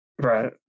Right